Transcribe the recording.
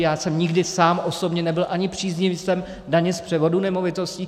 Já jsem nikdy sám osobně nebyl ani příznivcem daně z převodu nemovitostí.